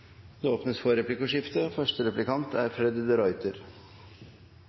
Det åpnes for replikkordskifte. Jeg er